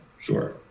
Sure